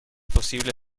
posible